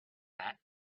that